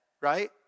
Right